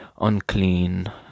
unclean